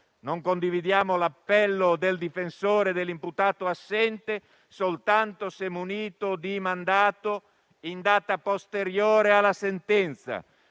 Non condividiamo inoltre l'appello del difensore dell'imputato assente soltanto se munito di mandato in data posteriore alla sentenza: